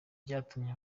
byatumye